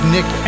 Nick